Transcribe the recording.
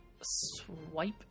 swipe